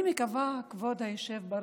אני מקווה, כבוד היושב-ראש,